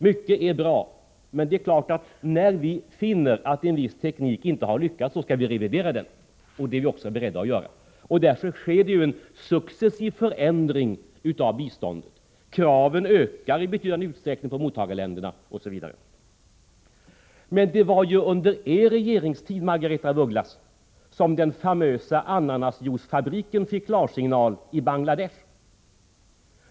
Mycket är bra, men det är klart att när vi finner att en viss teknik inte har lyckats, skall vi revidera den. Det är vi också beredda att göra. Därför sker det också en successiv förändring av biståndet. Kraven på mottagarländerna ökar i betydande utsträckning, osv. Men det var ju under er regeringstid, Margaretha af Ugglas, som den famösa ananas-jos-fabriken i Bangladesh fick klarsignal.